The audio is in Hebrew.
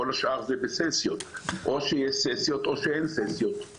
כל השאר זה בססיות: או שיש ססיות או שאין ססיות.